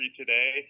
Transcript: today